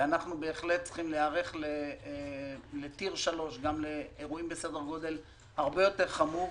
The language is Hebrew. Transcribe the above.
ואנחנו בהחלט צריכים להיערך גם לאירועים בסדר גודל הרבה יותר חמור,